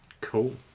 Cool